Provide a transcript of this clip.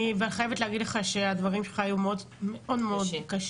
אני חייבת להגיד לך שהדברים שלך היו מאוד מאוד קשים.